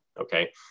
okay